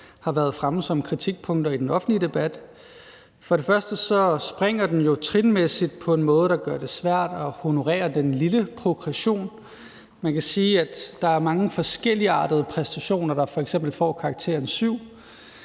har været fremme som kritikpunkter i den offentlige debat. For det første springer den jo trinmæssigt på en måde, der gør det svært at honorere den lille progression. Man kan sige, at der er mange forskelligartede præstationer, der f.eks. får karakteren 7,